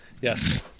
yes